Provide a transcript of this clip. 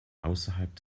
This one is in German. außerhalb